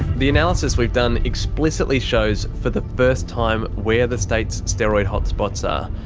the analysis we've done explicitly shows for the first time where the state's steroid hotspots are,